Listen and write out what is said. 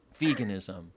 veganism